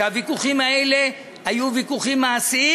והוויכוחים האלה היו ויכוחים מעשיים,